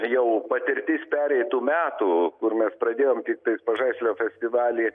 jau patirtis pereitų metų kur mes pradėjom tiktais pažaislio festivalį